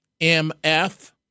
MF